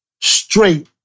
straight